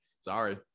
sorry